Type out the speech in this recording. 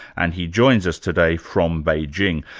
and he joins us today from beijing.